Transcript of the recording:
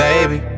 Baby